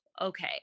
okay